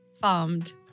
farmed